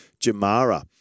Jamara